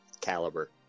caliber